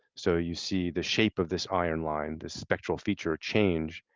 so you see the shape of this iron line, this spectral feature change,